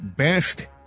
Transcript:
Best